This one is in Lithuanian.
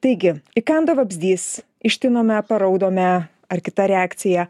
taigi įkando vabzdys ištinome paraudome ar kita reakcija